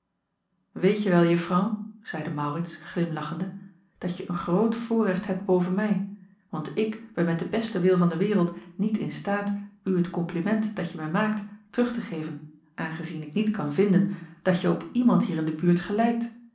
weetje wel juffrouw zeide maurits glimlachende dat je een groot voorrecht hebt boven mij want ik ben met den besten wil van de wereld niet in staat u het kompliment dat je mij maakt terug te geven aangezien ik niet kan vinden dat je op iemand hier in de buurt gelijkt